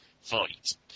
fight